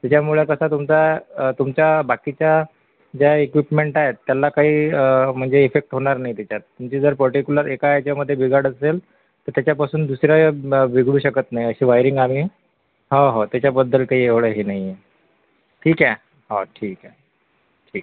त्याच्यामुळे कसा तुमचा तुमच्या बाकीच्या ज्या इक्विपमेंट आहेत त्यांना काही म्हणजे इफेक्ट होणार नाही त्याच्यात म्हणजे जर पर्टिकुलर एका याच्यामध्ये बिघाड असेल तर त्याच्यापासून दुसऱ्या याब् बिघडू शकत नाही अशी वायरिंग आम्ही हो हो त्याच्याबद्दल काही एवढं हे नाही आहे ठीक आहे हो ठीक आहे ठीक